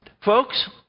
Folks